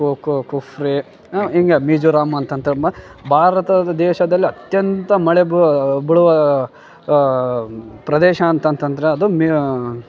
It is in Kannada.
ಕೊ ಕೊ ಕುಫ್ರೇ ಹಿಂಗೆ ಮಿಜೋರಾಂ ಭಾರತದ ದೇಶದಲ್ಲಿ ಅತ್ಯಂತ ಮಳೆ ಬೀಳುವ ಪ್ರದೇಶ ಅಂತ ಅಂತಂದ್ರೆ ಅದು ಮ್ಯ